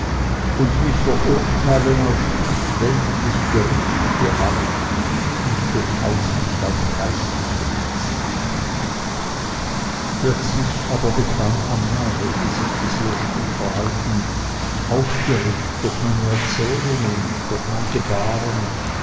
und mich verurteilen auf gut weltlich gerichtete art und durchaus nicht auf geistliche weise plötzlich aber bekam anna welche sich bisher still verhalten aufgeregt durch meine erzählung und durch mein gebaren